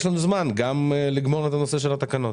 יש לנו זמן גם לגמור את הנושא של התקנות.